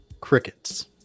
Crickets